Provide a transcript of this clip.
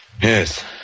Yes